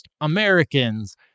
Americans